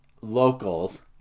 locals